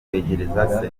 kwegereza